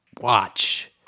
watch